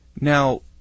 Now